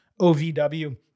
OVW